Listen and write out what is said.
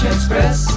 Express